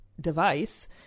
device